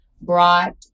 brought